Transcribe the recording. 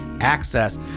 access